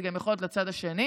זה גם יכול להיות לצד השני,